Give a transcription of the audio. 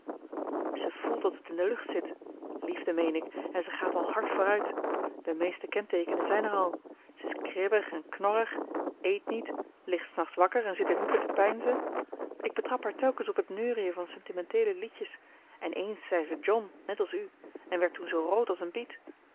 ze voelt dat het in de lucht zit liefde meen ik en ze gaat al hard vooruit de meeste kenteekenen zijn er al ze is kribbig en knorrig eet niet ligt s nachts wakker en zit in hoeken te peinzen ik betrap haar telkens op het neuriën van sentimenteele liedjes en eens zei ze john net als u en werd toen zoo rood als een biet